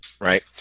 right